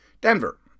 Denver